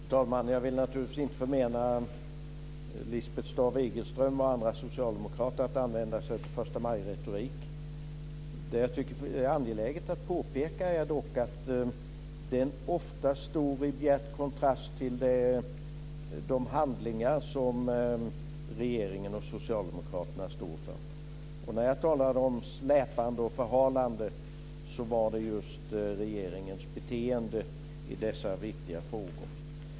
Fru talman! Jag vill naturligtvis inte förmena Lisbeth Staaf-Igelström och andra socialdemokrater att använda sig av förstamajretorik. Det jag tycker är angeläget att påpeka är dock att den ofta står i bjärt kontrast till de handlingar som regeringen och Socialdemokraterna står för. När jag talade om släpande och förhalande var det just regeringens beteende i dessa viktiga frågor som jag avsåg.